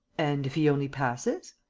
and, if he only passes?